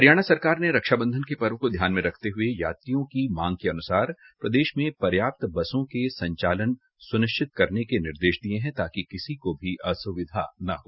हरियाणा सरकार ने रक्षाबंधन के पर्व को ध्यान रखते हुये यात्रियों की मांग के अनुसार प्रदेश में पर्याप्त बसों का संचालन सुनिश्चित करने के निर्देश दिये है ताकि किसी असुविधा न हो